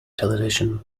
television